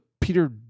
Peter